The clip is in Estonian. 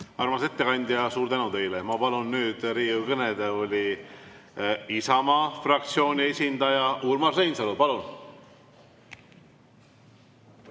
Armas ettekandja, suur tänu teile! Ma palun nüüd Riigikogu kõnetooli Isamaa fraktsiooni esindaja Urmas Reinsalu. (Urmas